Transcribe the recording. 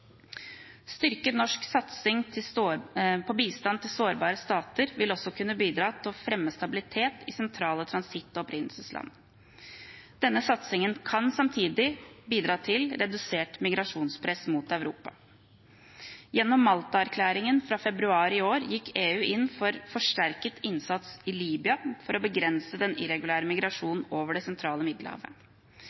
Styrket norsk satsing på bistand til sårbare stater vil også kunne bidra til å fremme stabilitet i sentrale transitt- og opprinnelsesland. Denne satsingen kan samtidig bidra til redusert migrasjonspress mot Europa. Gjennom Malta-erklæringen fra februar i år gikk EU inn for forsterket innsats i Libya for å begrense den irregulære migrasjonen over det sentrale Middelhavet.